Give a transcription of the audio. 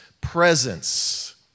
presence